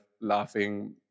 laughing